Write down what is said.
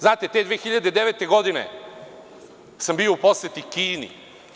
Znate, te 2009. godine sam bio u poseti Kini.